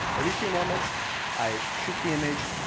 every few moments i shoot the image.